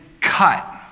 cut